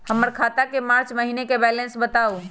हमर खाता के मार्च महीने के बैलेंस के बताऊ?